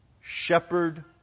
shepherd